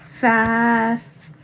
Fast